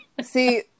see